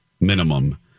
minimum